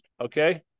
Okay